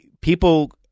People